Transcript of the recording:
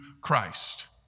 Christ